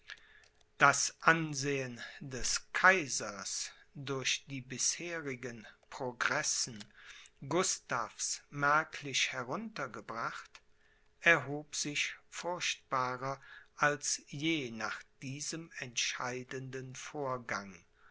das ansehen des kaisers durch die bisherigen progressen gustavs merklich heruntergebracht erhob sich furchtbarer als je nach diesem entscheidenden vorgang